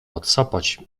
odsapać